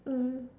mm